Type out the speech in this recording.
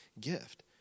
gift